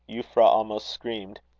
euphra almost screamed.